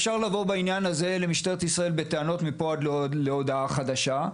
אפשר לבוא בעניין הזה בטענות למשטרת ישראל מפה ועד להודעה חדשה,